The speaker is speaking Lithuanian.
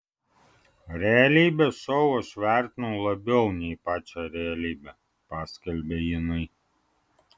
realybės šou aš vertinu labiau nei pačią realybę paskelbė jinai